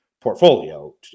portfolio